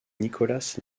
nicholas